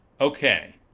Okay